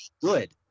good